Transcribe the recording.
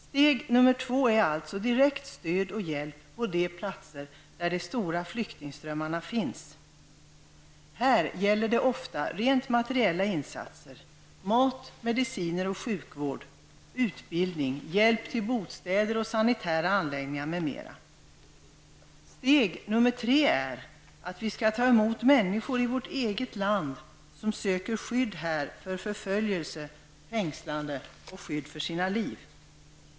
Steg nr 2 är alltså direkt stöd och hjälp på de platser där de stora flyktingströmmarna finns. Det gäller då ofta rent materiella insatser -- mat, mediciner och sjukvård, utbildning, hjälp till bostäder och sanitära anläggningar, m.m. Steg nr 3 är att vi i vårt eget land tar emot människor som här söker skydd mot förföljelse och fängslande och skydd för sina liv.